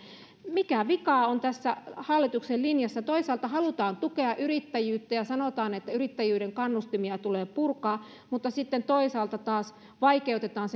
mikä vika on tässä hallituksen linjassa toisaalta halutaan tukea yrittäjyyttä ja sanotaan että yrittäjyyden kannustimia tulee purkaa mutta sitten toisaalta taas vaikeutetaan